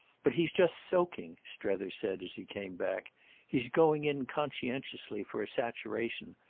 but he's just soaking, strether said as he came back he's going in conscientiously for a saturation.